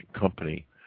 company